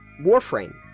Warframe